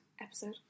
episode